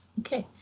okay.